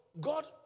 God